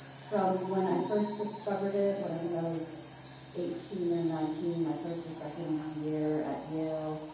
from when i first discovered it, when i think i was eighteen or nineteen, my first or second year at yale,